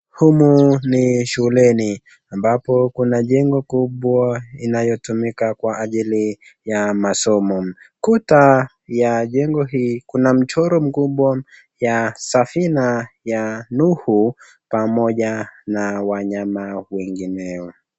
Humu ni shuleni ambapo kuna jengo kubwa inayotumika kwa ajili ya masomo. Ukuta ya jengo hii kuna mchoro mkubwa ya safina ya nuhu pamoja na wanyama wengineo.